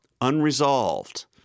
unresolved